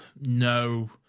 No